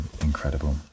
incredible